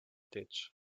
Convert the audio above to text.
ditch